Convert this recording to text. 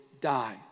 die